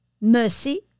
mercy